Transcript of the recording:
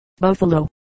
Buffalo